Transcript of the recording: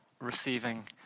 receiving